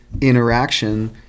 interaction